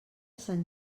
sant